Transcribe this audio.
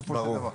בסופו של דבר.